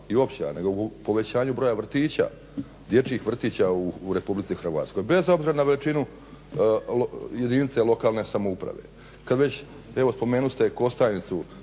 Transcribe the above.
i općina nego u povećanju broja vrtića, dječjih vrtića u Republici Hrvatskoj bez obzira na veličinu jedinica lokalne samouprave. Kad već evo spomenuste Kostajnicu